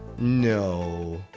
no. a